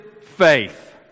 faith